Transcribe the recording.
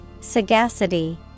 Sagacity